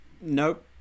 Nope